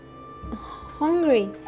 hungry